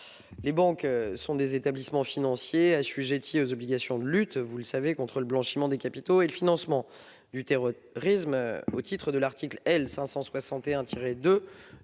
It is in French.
Les banques sont des établissements financiers assujettis aux obligations de lutte contre le blanchiment des capitaux et le financement du terrorisme, au titre de l'article L. 561-2